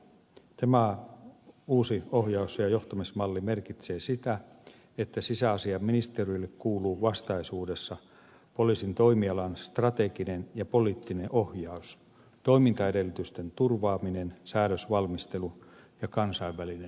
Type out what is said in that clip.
tämä uusi ohjaus ja johtamismalli merkitsee sitä että sisäasiainministeriölle kuuluu vastaisuudessa poliisin toimialan strateginen ja poliittinen ohjaus toimintaedellytysten turvaaminen säädösvalmistelu ja kansainvälinen yhteistyö